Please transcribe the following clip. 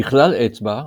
ככלל אצבע,